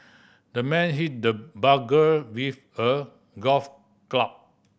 the man hit the burglar with a golf club